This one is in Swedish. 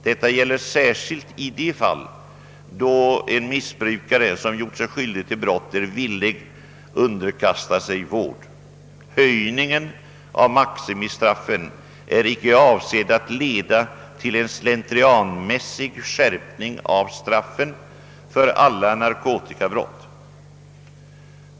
Detta gäller särskilt i de fall då en missbrukare, som gjort sig skyldig till brott, är villig underkasta sig vård. Höjningen av maximistraffen är inte avsedd att leda till en slentrianmässig skärpning av straffen för alla narkotikabrott.